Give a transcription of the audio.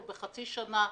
באיחור של חצי שנה,